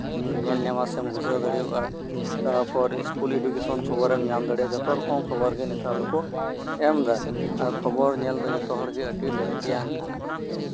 ᱧᱮᱞ ᱧᱟᱢᱟ ᱥᱮᱢ ᱵᱩᱡᱷᱟᱹᱣ ᱫᱟᱲᱮᱣᱟᱜᱼᱟ ᱛᱟᱨᱯᱚᱨ ᱥᱠᱩᱞ ᱮᱰᱩᱠᱮᱥᱚᱱ ᱠᱷᱚᱵᱚᱨᱮᱢ ᱧᱟᱢ ᱫᱟᱲᱮᱣᱟᱜᱼᱟ ᱡᱷᱚᱛᱚ ᱨᱚᱠᱚᱢ ᱠᱷᱚᱵᱚᱨ ᱜᱮ ᱱᱮᱛᱟᱨ ᱫᱚᱠᱚ ᱮᱢ ᱮᱫᱟ ᱟᱨ ᱠᱷᱚᱵᱚᱨ ᱧᱮᱞ ᱫᱚ ᱡᱷᱚᱛᱚ ᱦᱚᱲ ᱜᱮ ᱟᱹᱰᱤ ᱞᱟᱹᱠᱛᱤᱭᱟᱱ ᱠᱟᱱᱟ